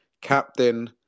Captain